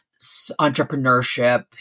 entrepreneurship